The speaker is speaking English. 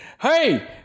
Hey